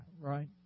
right